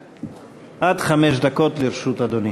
עד חמש דקות לרשות אדוני.